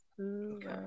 Okay